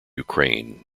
ukraine